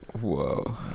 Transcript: Whoa